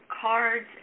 cards